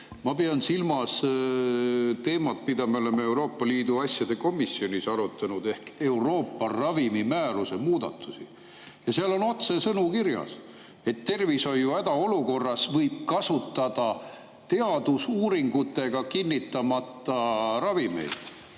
Ma pean silmas teemat, mida me oleme Euroopa Liidu asjade komisjonis arutanud ehk Euroopa ravimimääruse muudatusi. Ja seal on otsesõnu kirjas, et tervishoiuhädaolukorras võib kasutada teadusuuringutega kinnitamata ravimeid.